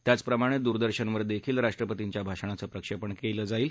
त्याचप्रमाणे दूरदर्शवर देखील राष्ट्रपतींच्या भाषणाचं प्रक्षेपण केलं जाईल